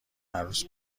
عروس